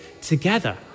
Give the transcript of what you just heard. together